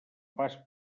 per